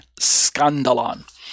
scandalon